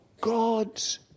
God's